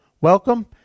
Welcome